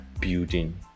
building